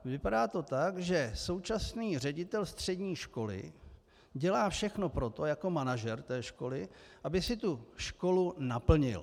Vypadá to tak, že současný ředitel střední školy dělá všechno pro to jako manažer té školy, aby si tu školu naplnil.